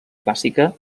clàssica